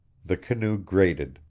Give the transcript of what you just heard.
the canoe grated.